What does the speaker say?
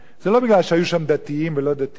זה לא כי היו דתיים ולא-דתיים,